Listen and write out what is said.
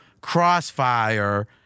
crossfire